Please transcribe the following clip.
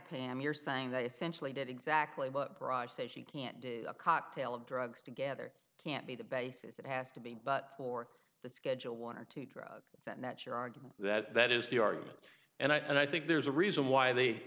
pam you're saying they essentially did exactly what barraged says you can't do a cocktail of drugs together can't be the basis it has to be but for the schedule one or two drugs that match your argument that that is the argument and i think there's a reason why they